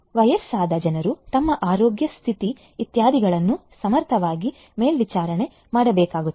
ವಯಸ್ಸಾದ ಜನರು ತಮ್ಮ ಆರೋಗ್ಯ ಸ್ಥಿತಿ ಇತ್ಯಾದಿಗಳನ್ನು ಸಮರ್ಥವಾಗಿ ಮೇಲ್ವಿಚಾರಣೆ ಮಾಡಬೇಕಾಗುತ್ತದೆ